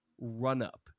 run-up